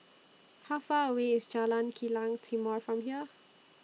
How Far away IS Jalan Kilang Timor from here